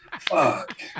fuck